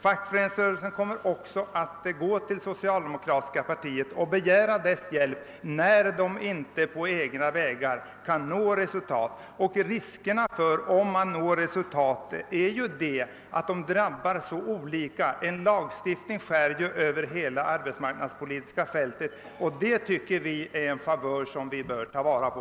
Fackföreningsrörelsen kommer också att vända sig till det socialdemokratiska partiet och begära dess hjälp när den genom egen kraft inte kan uppnå resultat. Risken är, om det skulle bli resultat, att det drabbar så olika. En lagstiftning täcker däremot hela det arbetsmarknadspolitiska fältet, och det tycker vi är en favör som vi bör ta vara på.